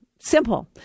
simple